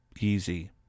Easy